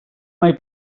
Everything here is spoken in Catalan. mai